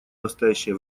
настоящее